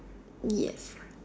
yes